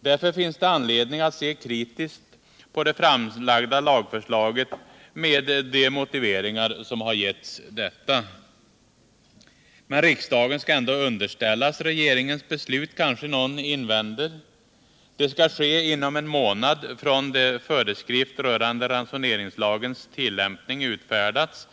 Därför finns det anledning att se kritiskt på det framlagda lagförslaget och motiveringarna till det. Men regeringens beslut skall underställas riksdagen, kanske någon invänder. Det skall ske inom en månad från det föreskrift rörande ransoneringslagens tillämpning utfärdats.